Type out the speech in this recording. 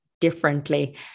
differently